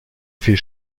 viel